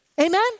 Amen